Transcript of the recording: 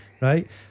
Right